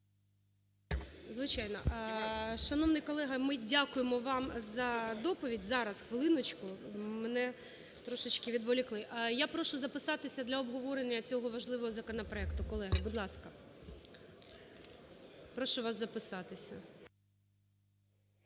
Звичайно. Шановний колего, ми дякуємо вам за доповідь. Зараз, хвилиночку, мене трошечки відволікли. Я прошу записатись для обговорення цього важливого законопроекту. Колеги, будь ласка, прошу вас записатися.